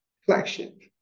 Flagship